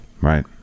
Right